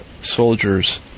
soldiers